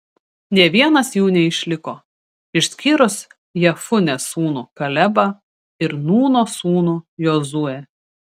nė vienas jų neišliko išskyrus jefunės sūnų kalebą ir nūno sūnų jozuę